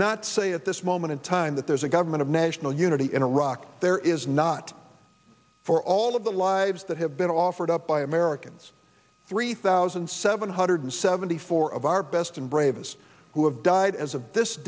not say at this moment in time that there's a government of national unity in iraq there is not for all of the lives that have been offered up by americans three thousand seven hundred seventy four of our best and bravest who have died as of this